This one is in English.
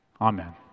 Amen